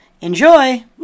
enjoy